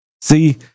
See